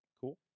cool